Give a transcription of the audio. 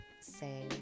say